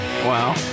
Wow